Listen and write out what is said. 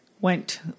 went